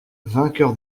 vainqueur